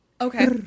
okay